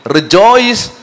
Rejoice